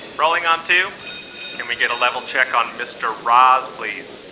rolling on two. can we get a level check on mr. raz, please?